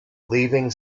leaving